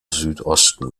südosten